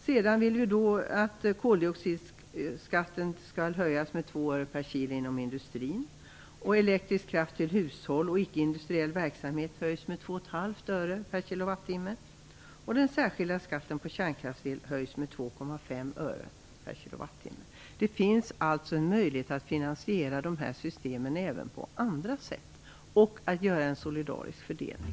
Sedan vill vi att koldioxidskatten inom industrin skall höjas med 2 öre kWh och att den särskilda skatten på kärnkraftsel skall höjas med 2,5 öre/kWh. Det finns alltså en möjlighet att finansiera de här systemen även på andra sätt och att göra en solidarisk fördelning.